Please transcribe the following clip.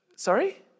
Sorry